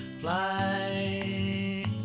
fly